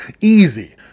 easy